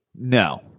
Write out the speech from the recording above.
No